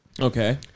okay